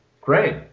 Great